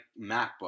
MacBook